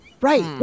right